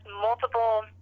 multiple